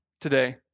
today